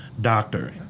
doctor